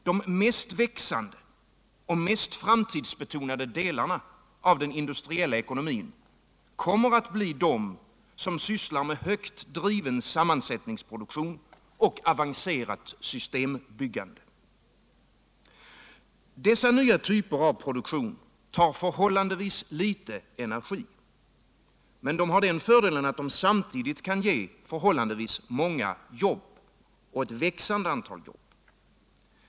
De mest växande och mest framtidsbetonade delarna av den industriella ekonomin kommer att bli de som sysslar med högt driven sammansättningsproduktion och avancerat systembyggande. Dessa nya typer av produktion tar förhållandevis litet energi, men de har den fördelen att de samtidigt kan ge förhållandevis många jobb och ett växande antal jobb.